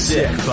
Sick